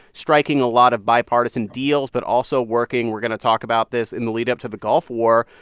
striking a lot of bipartisan deals but also working we're going to talk about this in the lead-up to the gulf war,